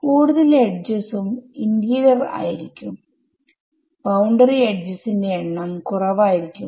കൂടുതൽ എഡ്ജസും ഇന്റീരിയർ ആയിരിക്കും ബൌണ്ടറി എഡ്ജസ് ന്റെ എണ്ണം കുറവായിരിക്കും